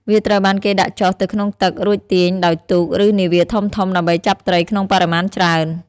វាត្រូវបានគេដាក់ចុះទៅក្នុងទឹក រួចទាញដោយទូក ឬនាវាធំៗ ដើម្បីចាប់ត្រីក្នុងបរិមាណច្រើន។